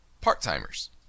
part-timers